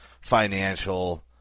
financial